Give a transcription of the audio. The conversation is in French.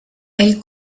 elle